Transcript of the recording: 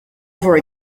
over